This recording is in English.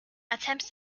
attempts